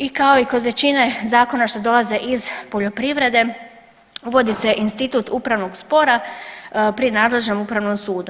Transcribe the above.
I kao i kod većine zakona što dolaze iz poljoprivrede uvodi se institut upravnog spora pri nadležnom Upravnom sudu.